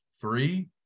three